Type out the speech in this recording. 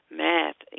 math